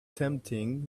tempting